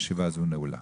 הישיבה הזו נעולה.